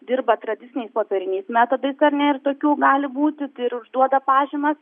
dirba tradiciniais popieriniais metodais ar ne ir tokių gali būti ir išduoda pažymas